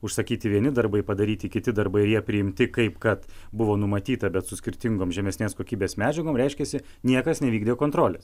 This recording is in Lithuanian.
užsakyti vieni darbai padaryti kiti darbai ir jie priimti kaip kad buvo numatyta bet su skirtingom žemesnės kokybės medžiagom reiškiasi niekas nevykdė kontrolės